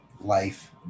Life